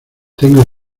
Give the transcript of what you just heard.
tengo